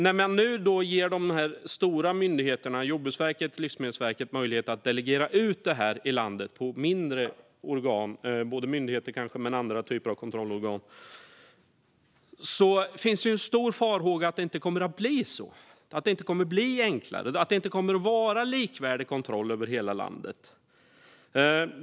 När man nu ger de här stora myndigheterna, Jordbruksverket och Livsmedelsverket, möjlighet att delegera ut detta på mindre organ i landet - både myndigheter och andra typer av kontrollorgan - finns en stor farhåga att det inte kommer att bli så. Det finns en farhåga att det inte kommer att bli enklare och att det inte kommer att vara en likvärdig kontroll över hela landet.